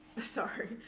Sorry